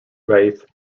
rath